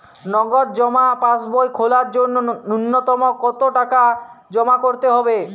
নগদ জমা পাসবই খোলার জন্য নূন্যতম কতো টাকা জমা করতে হবে?